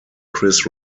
chris